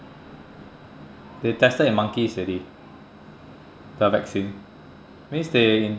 they tested in monkeys already the vaccine means they